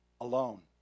alone